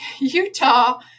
Utah